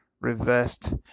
reversed